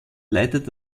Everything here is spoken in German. leitet